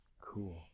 Cool